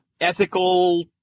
ethical